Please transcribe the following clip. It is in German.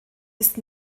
ist